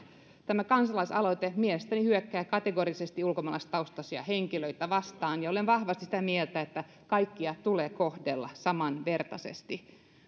tämä kansalaisaloite mielestäni hyökkää kategorisesti ulkomaalaistaustaisia henkilöitä vastaan ja olen vahvasti sitä mieltä että kaikkia tulee kohdella samanvertaisesti